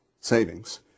savings